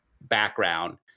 background